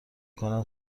کنم